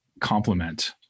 complement